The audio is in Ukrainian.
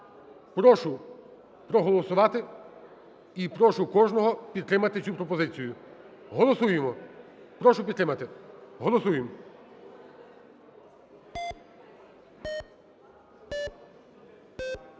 Прошу проголосувати і прошу кожного підтримати цю пропозицію. Голосуємо, прошу підтримати. Голосуємо.